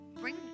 bring